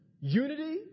unity